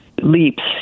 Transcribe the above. leaps